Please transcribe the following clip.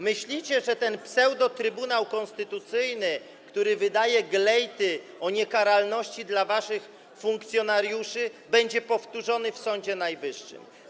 Myślicie, że ten pseudo-Trybunał Konstytucyjny, który wydaje glejty na niekaralność waszym funkcjonariuszom, będzie powtórzony w Sądzie Najwyższym.